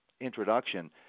introduction